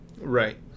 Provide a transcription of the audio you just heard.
Right